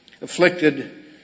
afflicted